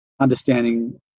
understanding